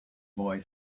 boy